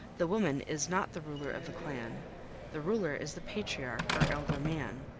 the woman is not the ruler of the clan the ruler is the patriarch or elder man,